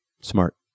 smart